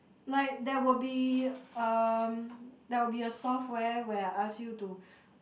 like there will be um there will be a software where I ask you to